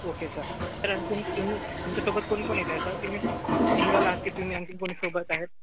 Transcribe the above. okay sir sir आणखी तुमच्यासोबत कोण कोण येत आहे सर तुम्ही सिंगल आहात की तुम्ही आणखी कोणी सोबत आहेत